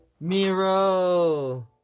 Miro